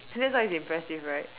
that's why it's impressive right